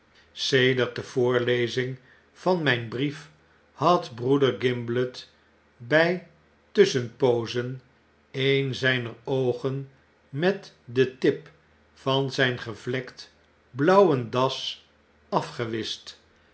sedert de voorlezing van mijn brief had broeder gimblet by tusschenpoozen eenzyner oogen met den tip van zyn gevlekt blauwen das